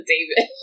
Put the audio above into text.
David